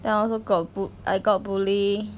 then I also got bu~ I got bully